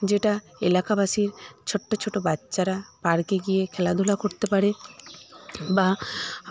যেটা এলাকাবাসীর ছোট্ট ছোট বাচ্চারা পার্কে গিয়ে খেলাধুলা করতে পারে বা